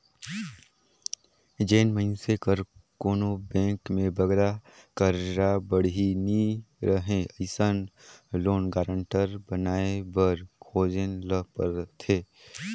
जेन मइनसे कर कोनो बेंक में बगरा करजा बाड़ही नी रहें अइसन लोन गारंटर बनाए बर खोजेन ल परथे